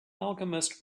alchemist